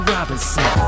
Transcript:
Robinson